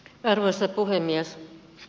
arvoisa puhemies